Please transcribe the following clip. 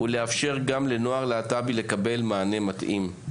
ולאפשר גם לנוער להט"בי לקבל מענה מתאים.